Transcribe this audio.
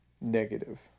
negative